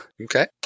Okay